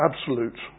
absolute